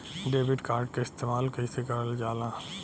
Debit card के इस्तेमाल कइसे करल जाला?